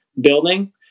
building